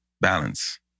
Balance